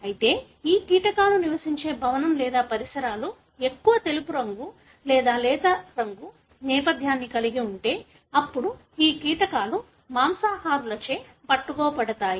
అయితే ఈ కీటకాలు నివసించే భవనం లేదా పరిసరాలు ఎక్కువ తెలుపు రంగు లేదా లేత రంగు నేపథ్యాన్ని కలిగి ఉంటే అప్పుడు ఈ కీటకాలు మాంసాహారులచే పట్టుకోబడతాయి